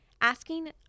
asking